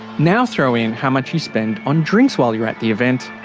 now, throw in how much you spend on drinks while you're at the event,